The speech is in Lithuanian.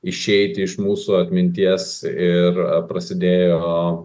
išeiti iš mūsų atminties ir prasidėjo